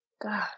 God